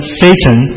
satan